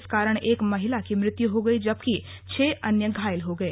इस कारण एक महिला की मृत्यु हो गई जबकि छह अन्य घायल हो गए